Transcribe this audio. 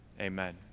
Amen